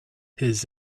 his